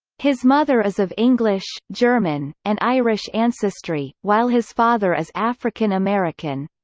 his mother is of english, german, and irish ancestry, while his father is african-american.